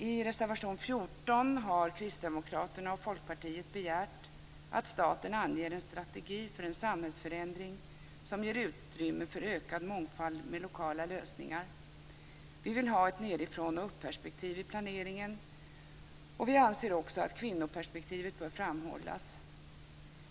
I reservation 14 har Kristdemokraterna och Folkpartiet begärt att staten anger en strategi för en samhällsförändring som ger utrymme för ökad mångfald med lokala lösningar. Vi vill ha ett nerifrån-och-uppperspektiv i planeringen. Vi anser också att kvinnoperspektivet bör framhållas.